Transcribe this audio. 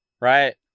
Right